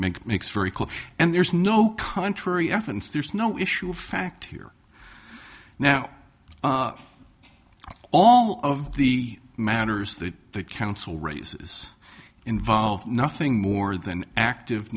make makes very clear and there's no contrary evidence there's no issue of fact here now all of the matters that the council races involve nothing more than active